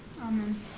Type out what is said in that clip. Amen